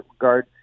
regard